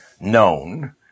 known